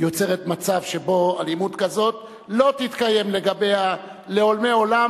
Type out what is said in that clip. יוצרת מצב שבו אלימות כזאת לא תתקיים לגביה לעולמי עולם,